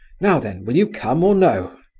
now then will you come or no?